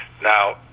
Now